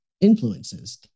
influences